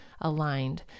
aligned